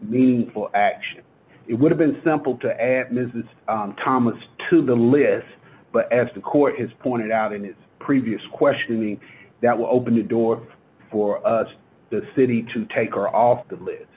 meaningful action it would have been simple to add mrs thomas to the list but as the court has pointed out in previous questioning that will open the door for the city to take her off the list